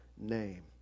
name